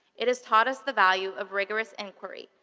it has taught us the value of rigorous inquiry,